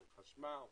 של החשמל,